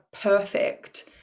perfect